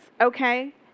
okay